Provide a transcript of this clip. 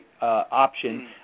option